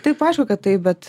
taip aišku kad taip bet